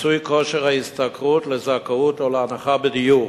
מיצוי כושר ההשתכרות לזכאות או להנחה בדיור.